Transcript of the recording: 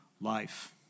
life